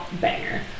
banger